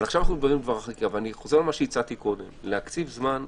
אני חוזר למה שהצעתי להקציב זמן קצר,